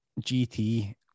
GT